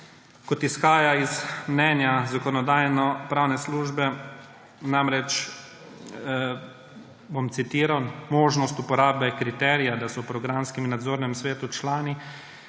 Kot izhaja iz mnenja Zakonodajno-pravne službe, bom citiral, »možnost uporabe kriterija, da so v programskem in nadzornem svetu člani,